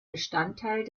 bestandteil